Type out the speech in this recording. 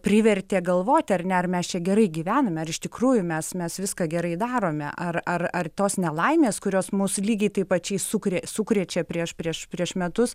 privertė galvoti ar ne ar mes čia gerai gyvename ar iš tikrųjų mes mes viską gerai darome ar ar ar tos nelaimės kurios mus lygiai taip pačiais sukuria sukrečia prieš prieš prieš metus